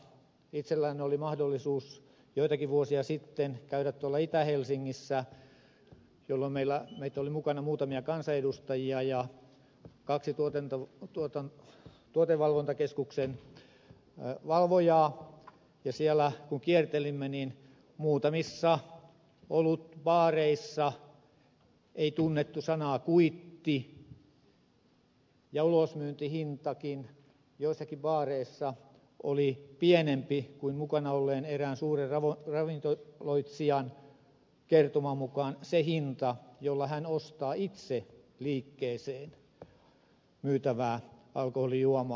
itselläni oli mahdollisuus joitakin vuosia sitten käydä tuolla itä helsingissä jolloin meitä oli mukana muutamia kansanedustajia ja kaksi tuotevalvontakeskuksen valvojaa ja siellä kun kiertelimme niin muutamissa olutbaareissa ei tunnettu sanaa kuitti ja ulosmyyntihintakin joissakin baareissa oli pienempi kuin mukana olleen erään suuren ravintoloitsijan kertoman mukaan se hinta jolla hän ostaa itse liikkeeseen myytävää alkoholijuomaa